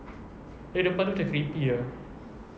tapi depan itu macam creepy ah